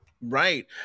Right